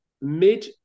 mid